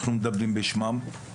אנחנו מדברים בשמם.